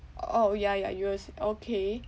orh ya ya okay